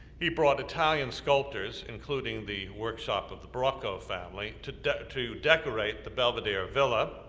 he brought italian sculptors, including the workshop of the braco family to decorate to decorate the belvedere villa,